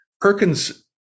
Perkins